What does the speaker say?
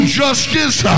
justice